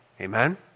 Amen